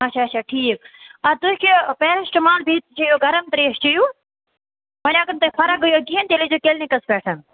اَچھا اَچھا ٹھیٖک اَدٕ تُہۍ کھیٚیِو پیرِسٹِمال بیٚیہِ چیٚیِو گَرَم ترٛیش چیٚیِو وۅنۍ اَگر نہٕ تۄہہِ فرق گٔیو کِہیٖنٛۍ تیٚلہِ ییٖزیٚو کِلنِکَس پٮ۪ٹھ